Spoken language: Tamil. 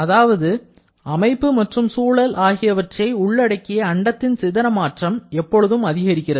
அதாவது அமைப்பு மற்றும் சூழல் ஆகியவற்றை உள்ளடக்கிய அண்டத்தின் சிதற மாற்றம் எப்பொழுதும் அதிகரிக்கிறது